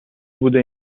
بوده